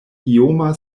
ioma